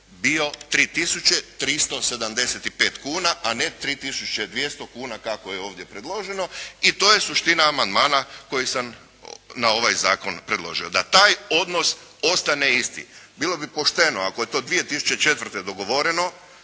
375 kuna, a ne 3 tisuće 200 kuna kako je ovdje predloženo i to je suština amandmana koji sam na ovaj zakon predložio, da taj odnos ostane isti. Bilo bi pošteno ako je to 2004. dogovoreno